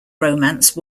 romance